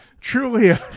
Truly